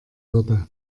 würde